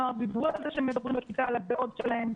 אנחנו פועלים בתוך בתי הספר בהקשר החברתי של הילדים שנפגשים זה עם זה,